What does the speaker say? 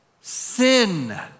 Sin